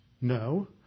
No